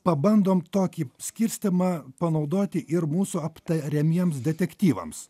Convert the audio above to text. pabandom tokį skirstymą panaudoti ir mūsų aptariamiems detektyvams